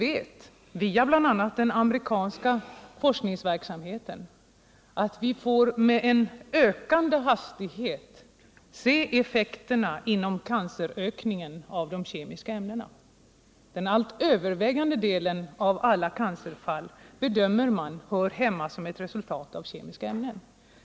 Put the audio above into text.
Vi vet, bl.a. via den amerikanska forskningsverksamheten, att vi med en ökande hastighet får se effekterna av de kemiska ämnena i form av cancer. Den övervägande delen av alla cancerfall är, bedömer man, ett resultat av påverkan av kemiska ämnen.